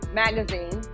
magazine